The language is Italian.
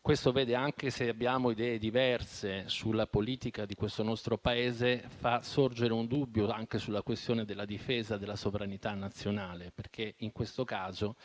Questo, anche se abbiamo idee diverse sulla politica del nostro Paese, fa sorgere un dubbio persino sulla questione della difesa della sovranità nazionale. In questo caso,